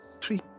Three